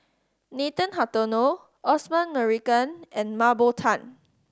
Nathan Hartono Osman Merican and Mah Bow Tan